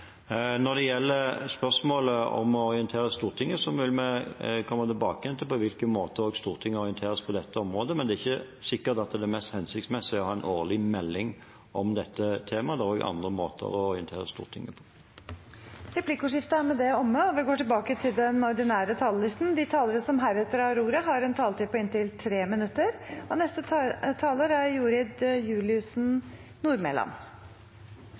Når det gjelder spørsmålet om å orientere Stortinget, vil vi komme tilbake til på hvilke måter Stortinget skal orienteres om dette området. Det er ikke sikkert at det mest hensiktsmessige er å ha en årlig melding om dette temaet. Det er også andre måter å orientere Stortinget på. Replikkordskiftet er omme. De talerne som heretter får ordet, har en taletid på inntil 3 minutter. Legemiddelmangelen i Norge er et økende og